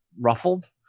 ruffled